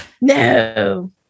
No